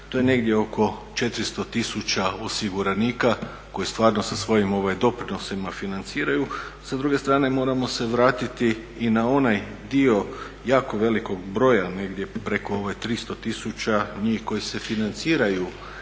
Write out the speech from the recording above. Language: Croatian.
to je negdje oko 400 tisuća osiguranika koji stvarno sa svojim doprinosima financiraju. Sa druge strane moramo se vratiti i na onaj dio jako velikog broja, negdje preko 300 tisuća njih koji se financiraju